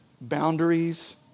boundaries